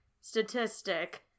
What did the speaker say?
statistic